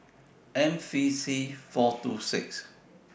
M V C four two six